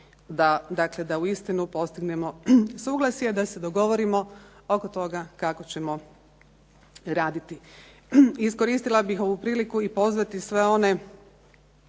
da uistinu postignemo suglasje, da se dogovorimo oko toga kako ćemo raditi. Iskoristila bih ovu priliku i pozvati sve one